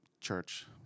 church